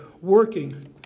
working